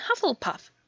hufflepuff